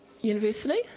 university